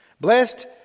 Blessed